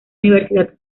universidad